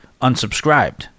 unsubscribed